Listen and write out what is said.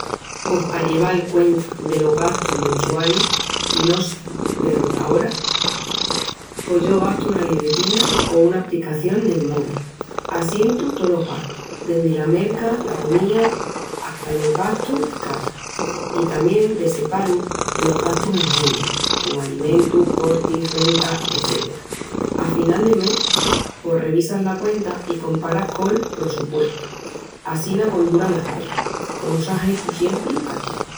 Pos pa lleval cuenta delos gastus mensualis i no sel derrotaora, pos yo gastu una libretina o una apricación nel mobi. Assientu tolos gastus, dendi la merca la comía hata los gastus de casa. I tamién desseparu los gastus en génerus comu alimentu, portis, rentas, etc. Afinal del mes, pos revisas la cuenta i comparas col prossupuestu. Assina conduras las perras, comu s'á hechu siempri paquí!